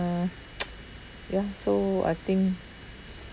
ya so I think